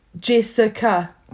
Jessica